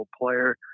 player